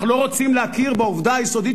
אנחנו לא רוצים להכיר בעובדה היסודית,